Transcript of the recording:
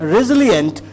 Resilient